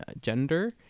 gender